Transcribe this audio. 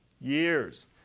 Years